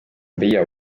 viia